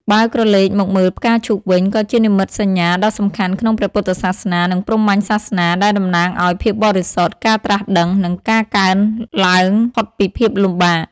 បើក្រឡេកមកមើលផ្កាឈូកវិញ ក៏ជានិមិត្តសញ្ញាដ៏សំខាន់ក្នុងព្រះពុទ្ធសាសនា និងព្រហ្មញ្ញសាសនា ដែលតំណាងឱ្យ ភាពបរិសុទ្ធ ការត្រាស់ដឹង និងការកើនឡើងផុតពីភាពលំបាក ។